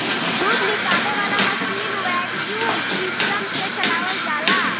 दूध निकाले वाला मशीन वैक्यूम सिस्टम से चलावल जाला